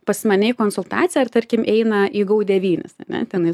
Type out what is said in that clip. pas mane į konsultaciją ar tarkim eina į gau devynis ar ne tenais